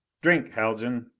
drink, haljan.